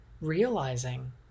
realizing